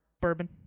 bourbon